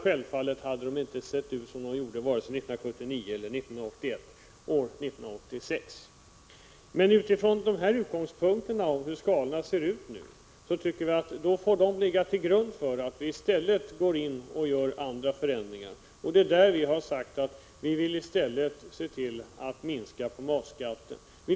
Självfallet hade de då år 1986 inte kommit att se ut som de gjorde vare sig 1979 eller 1981. Vi anser att man med utgångspunkt i hur skatteskalorna ser ut i dag bör gå in och göra andra förändringar. Vi har då sagt att vi vill minska matskatten.